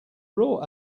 raw